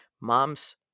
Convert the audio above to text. mom's